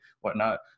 whatnot